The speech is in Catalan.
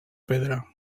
pedra